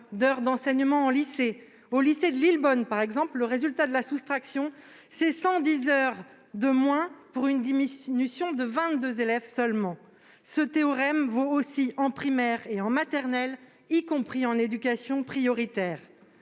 d'heures d'enseignement : au lycée de Lillebonne, par exemple, le résultat de la soustraction donne 110 heures de moins pour une réduction de seulement 22 élèves. Ce théorème vaut aussi en primaire et en maternelle, y compris en éducation prioritaire.